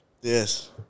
Yes